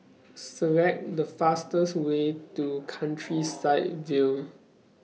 Select The fastest Way to Countryside View